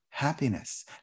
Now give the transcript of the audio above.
Happiness